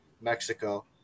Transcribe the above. Mexico